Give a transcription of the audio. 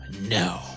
No